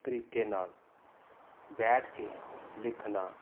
ਤਰੀਕੇ ਨਾਲ ਬੈਠ ਕੇ ਲਿਖਣਾ